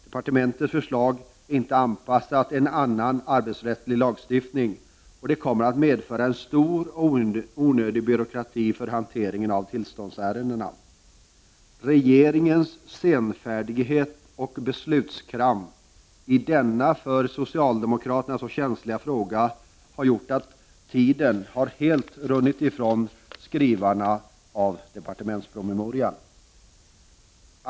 Departementets förslag är inte anpassat till en annan arbetsrättsliglagstiftning, och det kommer att medföra en stor och onödig byråkrati för hanteringen av tillståndsärendena. Regeringens senfärdighet och beslutskramp i denna för socialdemokraterna så känsliga fråga har gjort att tiden helt har runnit ifrån skrivarna av departementspromemorian.